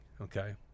Okay